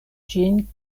ĝin